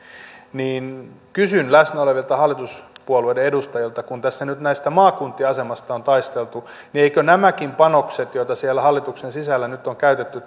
niin kysyn läsnä olevilta hallituspuolueiden edustajilta kun tässä nyt näiden maakuntien asemasta on taisteltu eivätkö nämäkin panokset joita siellä hallituksen sisällä nyt on käytetty